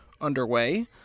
underway